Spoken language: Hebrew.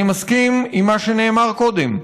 אני מסכים למה שנאמר קודם: